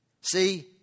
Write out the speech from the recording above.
See